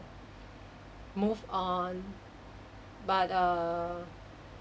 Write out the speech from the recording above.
moved on but err